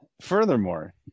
furthermore